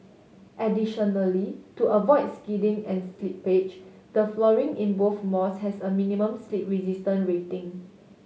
additionally to avoid skidding and slippage the flooring in both malls has a minimum slip resistance rating